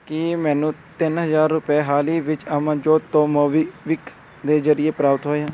ਕੀ ਮੈਨੂੰ ਤਿੰਨ ਹਜ਼ਾਰ ਰੁਪਏ ਹਾਲ ਹੀ ਵਿੱਚ ਅਮਨਜੋਤ ਤੋਂ ਮੋਬੀਕਵਿਕ ਦੇ ਜ਼ਰੀਏ ਪ੍ਰਾਪਤ ਹੋਏ